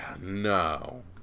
No